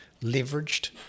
leveraged